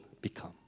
become